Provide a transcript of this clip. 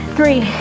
Three